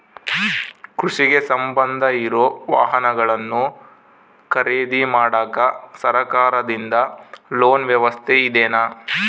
ಕೃಷಿಗೆ ಸಂಬಂಧ ಇರೊ ವಾಹನಗಳನ್ನು ಖರೇದಿ ಮಾಡಾಕ ಸರಕಾರದಿಂದ ಲೋನ್ ವ್ಯವಸ್ಥೆ ಇದೆನಾ?